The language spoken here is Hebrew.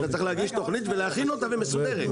אתה צריך להגיש תכנית ולהכין אותה ומסודרת.